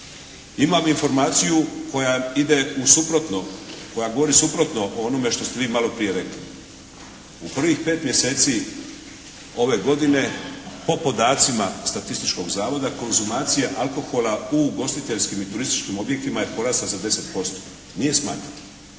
Imam informaciju koja ide u suprotnom, koja govori suprotno o onome što ste vi maloprije rekli. U prvih 5 mjeseci ove godine po podacima Statističkog zavoda konzumacije alkohola u ugostiteljskim i turističkim objektima je porasla za 10%. Nije smanjena.